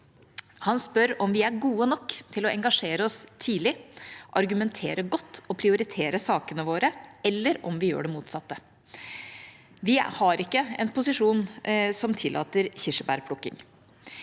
Han spør om vi er gode nok til å engasjere oss tidlig, argumentere godt og prioritere sakene våre, eller om vi gjør det motsatte. Vi har ikke en posisjon som tillater kirsebærplukking.